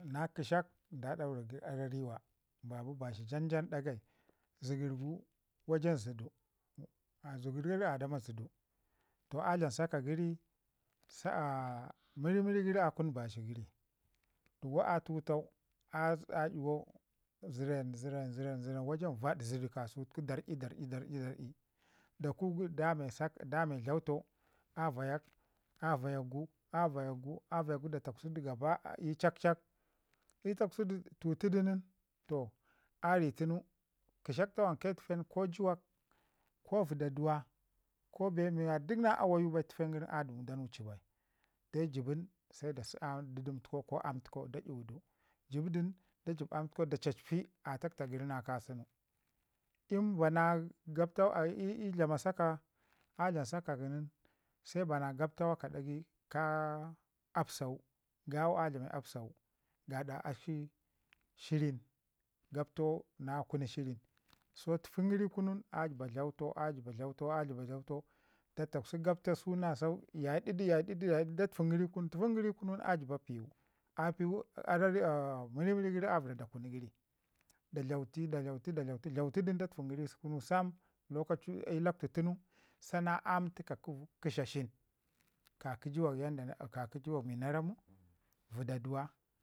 Na kəshk nda daura gəri arariwa, ba bi bazhi jan jan ɗagai. Zəkər gu wajan zədu zəgar a dama zədu, toh a dlam saka gəri mirimiri gəri a kun bazhi gəri dugo a tatau a iyuwau zərin zərin zərin zərin wajan vaɗ zədu kasau tuku darr'i darr'i darr'i da ku gu dame saka dame dlautau a vayak a vayakgu a vayakgu a vayakgu da kwaksi gaba ii cak- cak in taksu du tutudu nin, toh kəshak tawanke tufen ko juwak ko vədaduwa ko bee mi wara duk na awayu bai a dəmu da nu ci bai deu jəbin se da si aam təkau ko dədəm təkau da iyuwu du jəb dun da jəb aam təkau da chajpi a taak taa gəri na kasau in ba na gabta wuka ii dlama saka a dlama saka kə nin, se bana gapta wuka ka apsawu gawo a dlame apsawu gaɗa akshi shirin gabtay na kunu shirin, so tufin gəri kunu nin a jəba dlautau a jəba dlautau da takwsi gapta sau na sau yai didu yaididu yaididu da tufin gəri kunu, tufin gəri kun a jəba piwu a piwu mirimiri gəri a jəba vəra da kunu gəri da dlauti da dlauti dlautudu nin da tufin gəri kunu sum lokacu ii lakwtu tun sana aam təka kə kəshashin kə ki jawak mi na ramu, vədaduwa